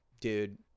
dude